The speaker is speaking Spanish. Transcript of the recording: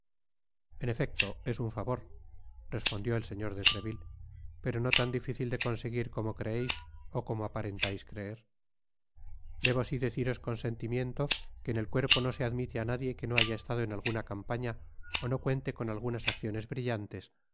en efecto es un favor respondió el señor de treville pero no tan difícil de conseguir como creeis ó como aparentais creer debo sí deciros con sentimiento que en el cuerpo no se admite á nadie que no haya estado en alguna campaña ó no cuente con algunas acciones brillantes